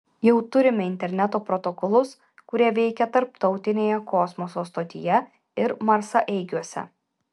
jau turime interneto protokolus kurie veikia tarptautinėje kosmoso stotyje ir marsaeigiuose